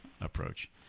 approach